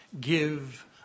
give